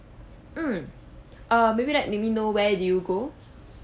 mm err maybe like let me know where did you go